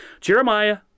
jeremiah